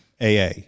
AA